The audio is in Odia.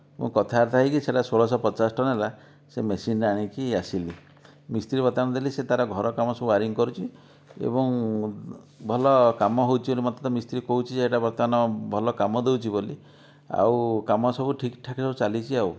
ମୁଁ କଥାବାର୍ତ୍ତା ହେଇକି ସେଟା ଷୋହଳଶହ ପଚାଶ ଟଙ୍କା ନେଲା ସେଇ ମେସିନ ଟା ଆଣିକି ଆସିଲି ମିସ୍ତ୍ରୀ ବର୍ତ୍ତମାନ ଦେଲି ସେ ତାର ଘର କାମ ସବୁ ୱାଇରିଙ୍ଗ କରୁଛି ଏବଂ ଭଲ କାମ ହେଉଛି ବୋଲି ମୋତେ ତ ମିସ୍ତ୍ରୀ କହୁଛି ଯେ ଏଇଟା ବର୍ତ୍ତମାନ ଭଲ କାମ ଦେଉଛି ବୋଲି ଆଉ କାମ ସବୁ ଠିକ ଠାକ ଚାଲିଛି ଆଉ